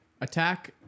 Attack